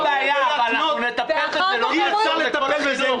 אי אפשר לטפל בזה.